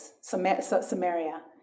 Samaria